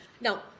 now